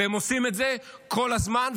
והם עושים את זה כל הזמן,